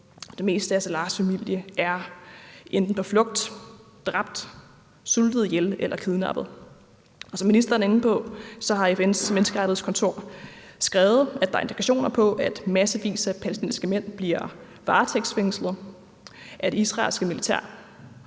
Det meste af Salahs familie er enten på flugt, dræbt, sultet ihjel eller kidnappet. Som ministeren er inde på, har FN's menneskerettighedskontor skrevet, at der er indikationer på, at massevis af palæstinensiske mænd bliver varetægtsfængslet af det israelske militær,